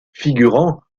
figurant